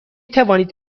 توانید